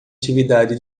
atividade